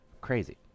Crazy